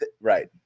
right